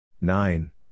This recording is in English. Nine